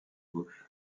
gauche